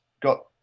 got